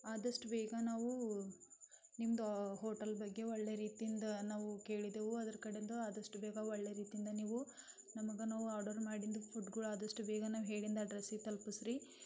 ಆದಷ್ಟು ಬೇಗ ನಾವು ನಿಮ್ಮದು ಹೋಟೆಲ್ ಬಗ್ಗೆ ಒಳ್ಳೆ ರೀತಿಂದ ನಾವು ಕೇಳಿದ್ದೆವು ಅದರೆ ಕಡೆಂದು ಆದಷ್ಟು ಬೇಗ ಒಳ್ಳೆ ರೀತಿಂದ ನೀವು ನಮ್ಗೆ ನಾವು ಆರ್ಡರ್ ಮಾಡಿದ್ದು ಫುಡ್ಗಳು ಆದಷ್ಟು ಬೇಗ ನಾವು ಹೇಳಿದ್ದ ಅಡ್ರೆಸ್ಸಿಗೆ ತಲುಪಿಸಿರಿ